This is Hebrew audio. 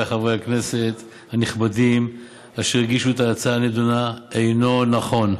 חברי הכנסת הנכבדים אשר הגישו את ההצעה הנדונה אינו נכון,